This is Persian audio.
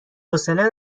حوصله